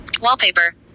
Wallpaper